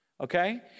Okay